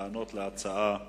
לענות על ההצעות לסדר-היום.